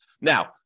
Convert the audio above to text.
Now